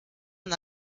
man